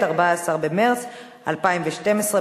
14 במרס 2012,